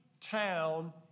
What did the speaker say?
town